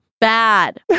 Bad